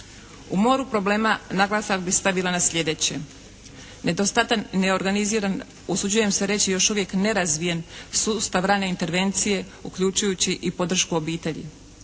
U moru problema naglasak bih stavila na sljedeće: nedostatak neorganiziran, usuđujem se reći još uvijek nerazvijen sustav rane intervencije uključujući i podršku obitelji,